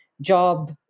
job